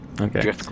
Okay